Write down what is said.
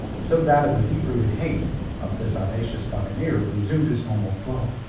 so that of his deep-rooted hate of this audacious buccaneer resumed its normal flow.